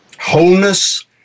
wholeness